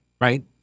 right